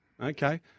Okay